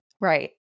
Right